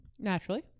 Naturally